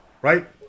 right